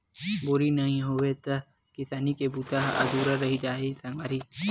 बोरी नइ होही त किसानी के बूता ह अधुरा रहि जाही सगवारी